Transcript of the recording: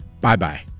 bye-bye